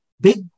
big